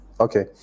Okay